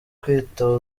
kwita